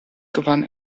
gewann